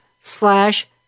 slash